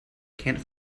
can’t